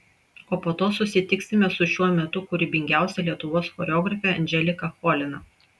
o po to susitiksime su šiuo metu kūrybingiausia lietuvos choreografe andželika cholina